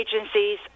agencies